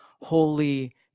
holy